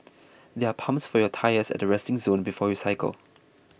there are pumps for your tyres at the resting zone before you cycle